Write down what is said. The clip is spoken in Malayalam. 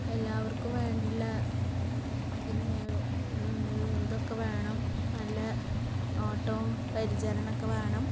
എല്ലാവർക്കും വേണ്ടിയുള്ള പിന്നെ ഇതൊക്കെ വേണം നല്ല നോട്ടവും പരിചരണമൊക്കെ വേണം